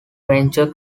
venture